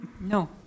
No